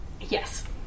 Yes